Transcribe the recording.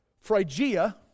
Phrygia